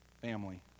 Family